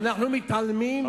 אנחנו מתעלמים?